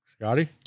Scotty